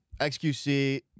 XQC